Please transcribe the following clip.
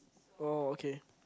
oh okay